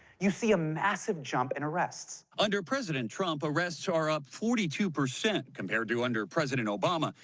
you see a massive jump in arrests. under president trump, arrests are up forty two percent compared to under president obama.